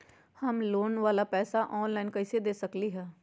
हम लोन वाला पैसा ऑनलाइन कईसे दे सकेलि ह?